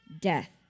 death